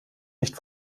nicht